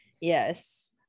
Yes